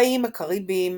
באיים הקאריביים,